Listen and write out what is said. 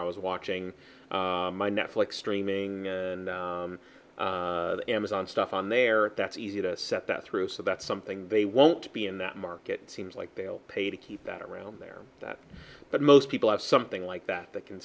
i was watching my netflix streaming and amazon stuff on there that's easy to set that through so that's something they won't be in that market seems like they'll pay to keep that around there that but most people have something like that that can